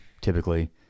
typically